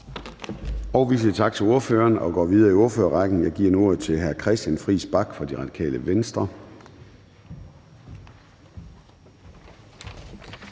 Vi siger tak til ordføreren og går videre i ordførerrækken. Jeg giver nu ordet til hr. Christian Friis Bach fra Radikale Venstre.